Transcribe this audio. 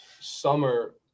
summer